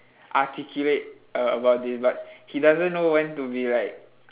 articulate uh about this but he doesn't know when to be like